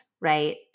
right